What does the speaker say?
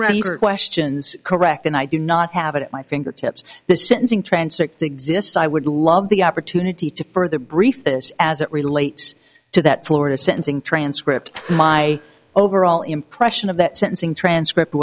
friends are questions correct and i do not have it at my fingertips the sentencing transects exists i would love the opportunity to further brief this as it relates to that florida sentencing transcript my overall impression of that sentencing transcript